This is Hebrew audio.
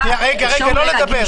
ברשותך, אפשר אולי להגיד משפט?